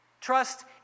Trust